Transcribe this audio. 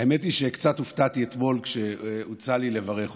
האמת היא שקצת הופתעתי אתמול כשהוצע לי לברך אותך,